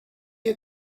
you